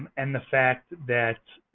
and the fact that